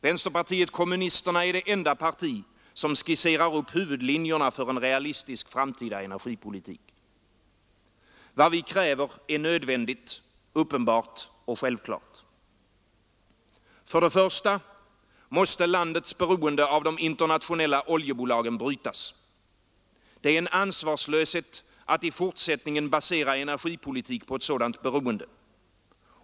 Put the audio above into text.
Vänsterpartiet kommunisterna är det enda parti som skisserar upp huvudlinjerna för en realistisk framtida energipolitik. Vad vi kräver är nödvändigt, uppenbart och självklart. För det första måste landets beroende av de internationella oljebolagen brytas. Det är en ansvarslöshet att i fortsättningen basera energipolitik på ett sådant beroende.